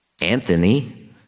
Anthony